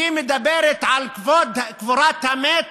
כשהיא מדברת על קבורת המת,